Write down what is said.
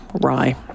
rye